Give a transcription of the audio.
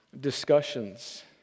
discussions